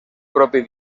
propi